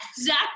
Zach